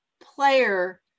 player